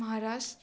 Maharashtra